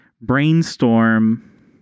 brainstorm